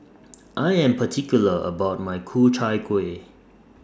I Am particular about My Ku Chai Kueh